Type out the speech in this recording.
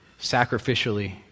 sacrificially